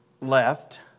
left